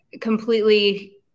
Completely